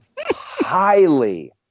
highly